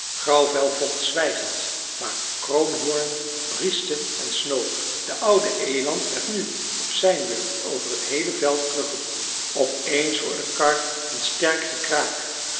grauwvel vocht zwijgend maar kroonhoorn brieschte en snoof de oude eland werd nu op zijn beurt over het heele veld teruggedrongen op eens hoorde karr een sterk gekraak